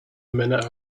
minute